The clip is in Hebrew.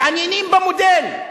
מתעניינים במודל.